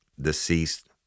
deceased